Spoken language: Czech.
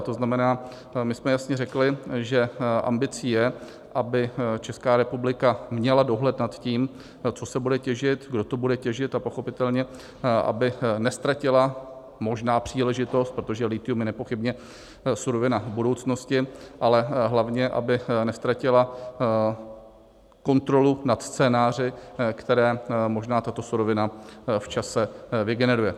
To znamená, my jsme jasně řekli, že ambicí je, aby Česká republika měla dohled na tím, co se bude těžit, kdo to bude těžit, a pochopitelně aby neztratila možná příležitost, protože lithium je nepochybně surovina budoucnosti, ale hlavně aby neztratila kontrolu nad scénáři, které možná tato surovina v čase vygeneruje.